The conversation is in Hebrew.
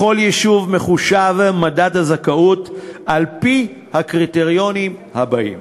לכל יישוב מחושב מדד הזכאות על-פי הקריטריונים הבאים: